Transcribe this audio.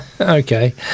Okay